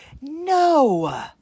No